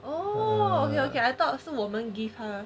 oh okay okay I thought 是我们 give 他